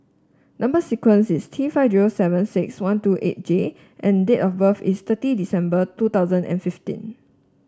number sequence is T five zero seven six one two eight J and date of birth is thirty December two thousand and fifteen